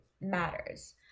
matters